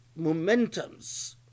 momentums